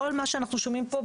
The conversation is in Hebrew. כל מה שאנחנו שומעים פה,